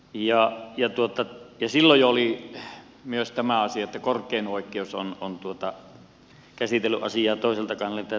silloin jo oli myös tämä asia että korkein oikeus on käsitellyt asiaa toiselta kantilta